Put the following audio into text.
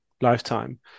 lifetime